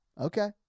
Okay